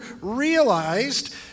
realized